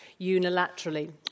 unilaterally